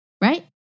Right